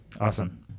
Awesome